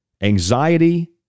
Anxiety